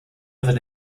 other